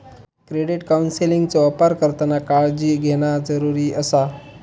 credit काउन्सेलिंगचो अपार करताना काळजी घेणा जरुरी आसा